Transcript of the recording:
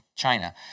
China